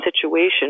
situation